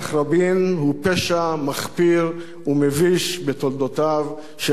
פשע מחפיר ומביש בתולדותיו של העם היהודי.